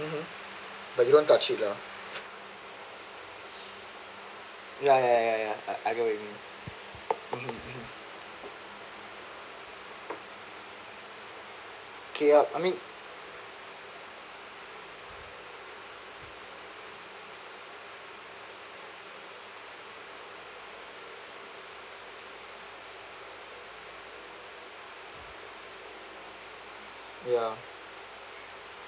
mmhmm but you don't touch it lah ya ya ya ya I know what you mean mmhmm mmhmm okay lah I mean ya